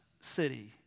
city